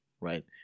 right